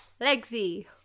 Lexi